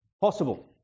possible